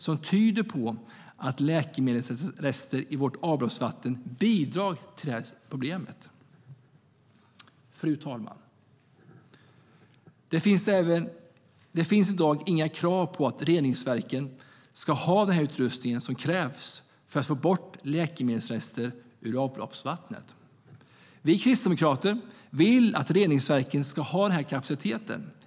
Under den förra regeringen drev socialminister Göran Hägglund den frågan i flera sammanhang. Fru talman! Det finns i dag inga krav på att reningsverken ska ha den utrustning som krävs för att få bort läkemedelsrester ur avloppsvattnet. Vi kristdemokrater vill att reningsverken ska ha den kapaciteten.